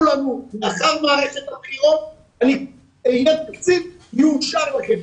לנו: מחר מערכת הבחירות --- מאושר לכם.